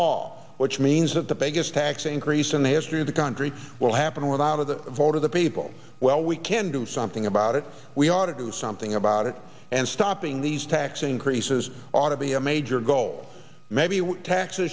all which means that the biggest tax increase in the history of the country will happen without of the vote of the people well we can do something about it we ought to do something about it and stopping these tax increases ought to be a major goal maybe taxes